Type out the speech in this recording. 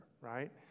Right